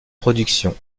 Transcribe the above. production